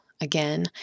again